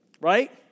Right